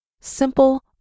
simple